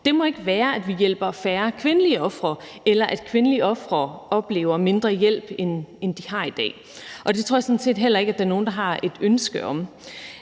ofre, ikke må være, at vi hjælper færre kvindelige ofre, eller at kvindelige ofre oplever mindre hjælp, end de har i dag, og det tror jeg sådan set heller ikke der er nogen der har et ønske om.